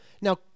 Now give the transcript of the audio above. now